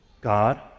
God